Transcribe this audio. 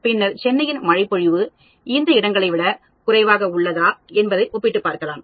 பின்னர் சென்னையில் மழைப்பொழிவு இந்த இடங்களை விட குறைவாக உள்ளதா என்பதை ஒப்பிட்டுப் பார்க்கலாம்